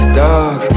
dog